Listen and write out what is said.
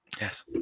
Yes